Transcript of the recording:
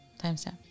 Timestamp